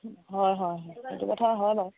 হয় হয় হয় এইটো কথা হয় বাৰু